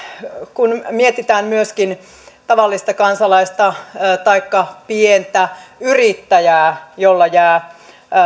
kun mietitään myöskin tavallista kansalaista taikka pientä yrittäjää jolla jää